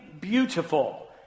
beautiful